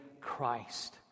Christ